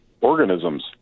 organisms